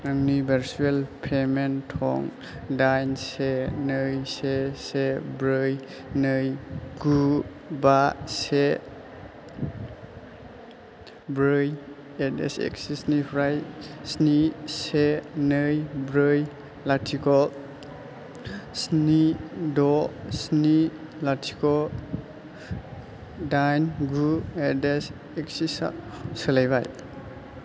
आंनि भारसुयेल पेमेन्ट थं दाइन से नै से से ब्रै नै गु बा से ब्रै एट एक्सिस निफ्राय स्नि से नै ब्रै लाथिख स्नि द स्नि लाथिख दाइन गु एट एक्सिसा सोलायबाय